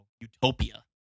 utopia